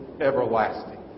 everlasting